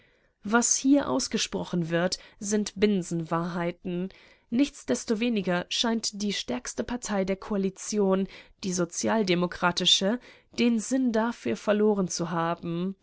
was hier ausgesprochen wird sind binsenwahrheiten nichtsdestoweniger scheint die stärkste partei der koalition die sozialdemokratische den sinn dafür verloren zu haben